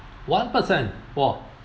one per cent !wah!